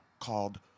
called